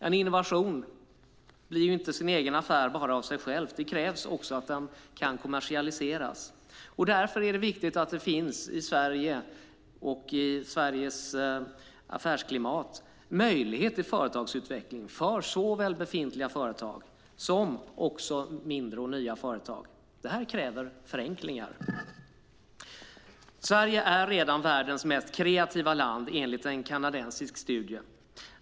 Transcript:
En innovation blir inte sin egen affär av sig själv. Det krävs att den kan kommersialiseras. Därför är det viktigt att det i Sveriges affärsklimat ges möjlighet till företagsutveckling för såväl befintliga företag som mindre och nya företag. Det här kräver förenklingar. Sverige är redan världens mest kreativa land, enligt en kanadensisk studie.